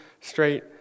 straight